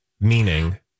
Meaning